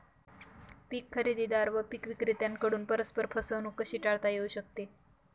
पीक खरेदीदार व पीक विक्रेत्यांकडून परस्पर फसवणूक कशी टाळता येऊ शकते?